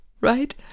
right